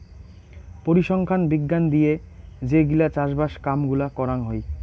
পরিসংখ্যান বিজ্ঞান দিয়ে যে গিলা চাষবাস কাম গুলা করাং হই